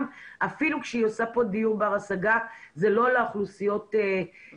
אפילו כשהיא עושה פה דיור בר השגה זה לא לאוכלוסיות המקומיות